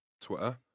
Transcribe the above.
Twitter